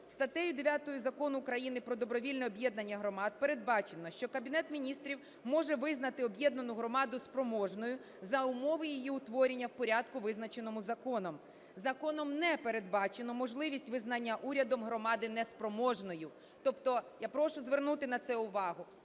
Статтею 9 Закону України про добровільне об'єднання громад передбачено, що Кабінет Міністрів може визнати об'єднану громаду спроможною за умови її утворення в порядку, визначеному законом. Законом не передбачено можливість визнання урядом громади неспроможною. Тобто я прошу на це звернути увагу: